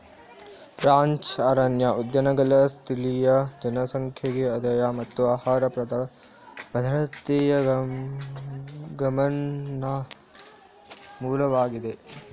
ranch ಅರಣ್ಯ ಉದ್ಯಾನಗಳು ಸ್ಥಳೀಯ ಜನಸಂಖ್ಯೆಗೆ ಆದಾಯ ಮತ್ತು ಆಹಾರ ಭದ್ರತೆಯ ಗಮನಾರ್ಹ ಮೂಲವಾಗಿದೆ